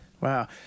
Wow